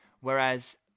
Whereas